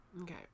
Okay